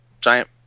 giant